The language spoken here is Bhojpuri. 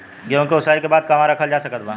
गेहूँ के ओसाई के बाद कहवा रखल जा सकत बा?